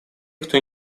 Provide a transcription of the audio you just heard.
кто